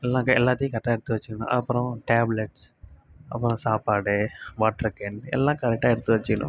எல்லா எல்லாத்தையும் கரெக்டாக எடுத்து வச்சுக்கணும் அப்புறம் டேப்லட்ஸ் அப்புறம் சாப்பாடு வாட்டர்கேன் எல்லாம் கரெக்டாக எடுத்து வச்சுக்கணும்